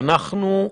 ואנחנו,